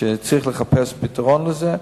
שצריך למצוא פתרון לזה.